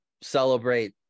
celebrate